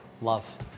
Love